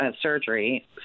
surgery